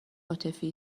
عاطفی